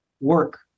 work